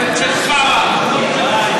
התא האמצעי,